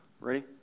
Ready